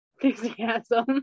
enthusiasm